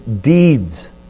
deeds